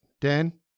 Dan